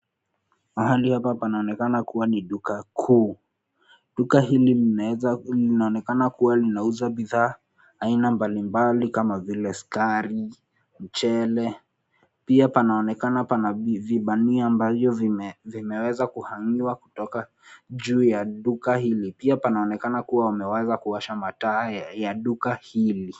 Mahali hapa panaonekana kua ni duka kuu. Duka hili linaonekana kua linauza bidhaa aina mbalimbali kama vile sukari, mchele. Pia panaonekana pana vibania ambavyo vimeweza [cs[]kuhangiwa kutoka juu ya duka hili. Pia panaonekana kua wameweza kuwasha mataa ya duka hili.